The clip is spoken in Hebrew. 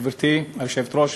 גברתי היושבת-ראש,